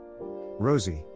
Rosie